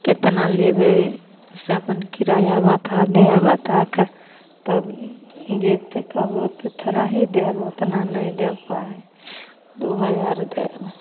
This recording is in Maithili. कतना लेबै से अपन किराया बता देबै बताकऽ तब जतेक कहबै ओतेक थोड़ा ही देब ओतना नहि देब पाइ दुइ हजार देब